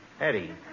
Eddie